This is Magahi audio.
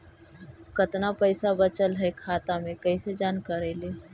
कतना पैसा बचल है खाता मे कैसे जानकारी ली?